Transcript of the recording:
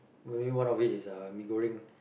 maybe one of it is uh mee-goreng